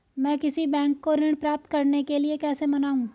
मैं किसी बैंक को ऋण प्राप्त करने के लिए कैसे मनाऊं?